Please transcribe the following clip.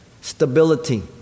Stability